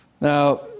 Now